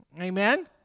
Amen